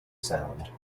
sound